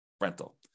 rental